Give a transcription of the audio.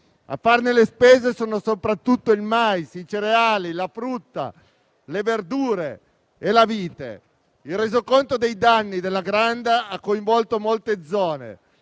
A farne le spese sono soprattutto il mais, i cereali, la frutta, le verdure e la vite. Il resoconto dei danni della grandine ha coinvolto molte zone